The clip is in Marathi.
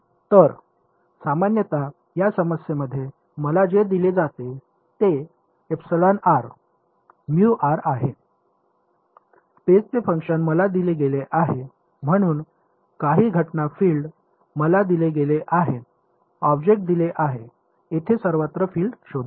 तर सामान्यत या समस्येमध्ये मला जे दिले जाते ते आहे स्पेसचे फंक्शन मला दिले गेले आहे म्हणून काही घटना फील्ड मला दिले गेले आहे ऑब्जेक्ट दिले आहे तेथे सर्वत्र फील्ड शोधा